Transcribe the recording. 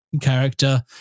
character